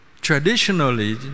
traditionally